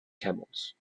camels